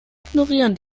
ignorieren